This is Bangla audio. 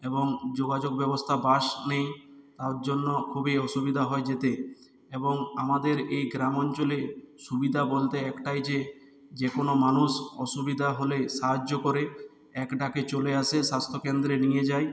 এবং যোগাযোগ ব্যবস্থা বাস নেই তার জন্য খুবই অসুবিধা হয় যেতে এবং আমাদের এই গ্রামাঞ্চলে সুবিধা বলতে একটাই যে যে কোনো মানুষ অসুবিধা হলে সাহায্য করে এক ডাকে চলে আসে স্বাস্থ্য কেন্দ্রে নিয়ে যায়